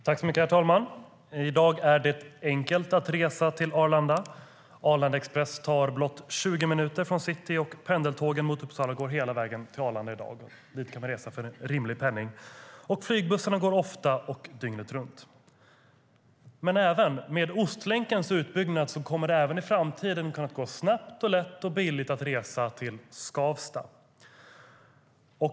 Herr talman! I dag är det enkelt att resa till Arlanda. Arlanda Express tar blott 20 minuter från city. Pendeltågen mot Uppsala går i dag hela vägen till Arlanda, och man kan resa för en rimlig penning. Flygbussarna går ofta och dygnet runt. Med Ostlänkens utbyggnad kommer det i framtiden att gå snabbt, lätt och billigt att resa till Skavsta.